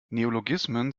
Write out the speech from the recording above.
neologismen